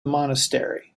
monastery